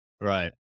right